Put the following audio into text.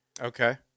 Okay